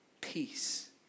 peace